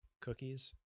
cookies